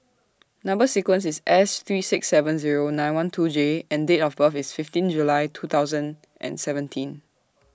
Number sequence IS S three six seven Zero nine one two J and Date of birth IS fifteen July two thousand and seventeen